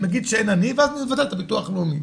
נגיד שאין עני ואז נבטל את הביטוח לאומי.